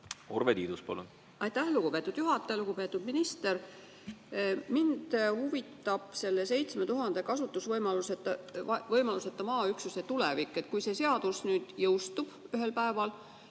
Urve Tiidus, palun! Aitäh, lugupeetud juhataja! Lugupeetud minister! Mind huvitab selle 7000 kasutusvõimaluseta maaüksuse tulevik. Kui see seadus ühel päeval